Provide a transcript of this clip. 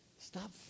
Stop